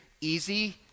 easy